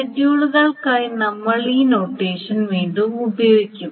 ഷെഡ്യൂളുകൾക്കായി നമ്മൾ ഈ നൊട്ടേഷൻ വീണ്ടും ഉപയോഗിക്കും